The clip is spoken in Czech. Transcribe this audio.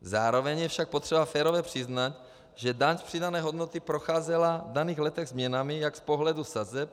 Zároveň je však potřeba férově přiznat, že daň z přidané hodnoty procházela v daných letech změnami jak z pohledu sazeb,